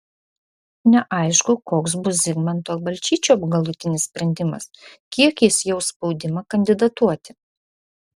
neaišku koks bus zigmanto balčyčio galutinis sprendimas kiek jis jaus spaudimą kandidatuoti